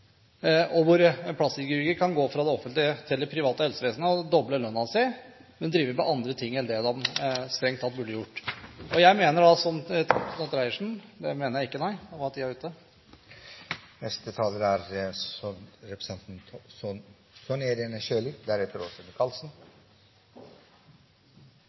ordning hvor man gir rettigheter som automatisk vil skape et marked, og hvor plastikkirurger kan gå fra det offentlige til det private helsevesenet og doble lønnen sin, men drive med andre ting enn det de strengt tatt burde gjøre. Jeg mener – til representanten Reiertsen . Det mener jeg ikke, nei – da var tiden ute.